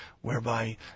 whereby